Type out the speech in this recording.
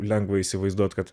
lengva įsivaizduot kad